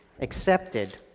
accepted